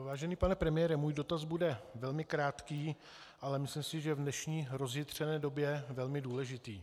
Vážený pane premiére, můj dotaz bude velmi krátký, ale myslím si, že v dnešní rozjitřené době velmi důležitý.